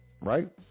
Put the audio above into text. Right